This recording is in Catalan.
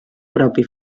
propi